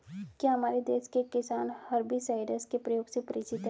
क्या हमारे देश के किसान हर्बिसाइड्स के प्रयोग से परिचित हैं?